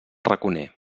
raconer